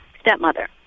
stepmother